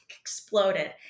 exploded